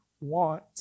want